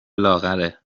لاغره